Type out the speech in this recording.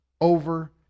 over